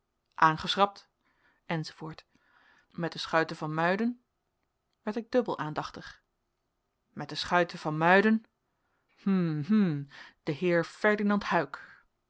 enz met de schuiten van muiden werd ik dubbel aandachtig met de schuiten van muiden hm hm de heer ferdinand huyck